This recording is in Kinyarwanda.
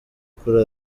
kuri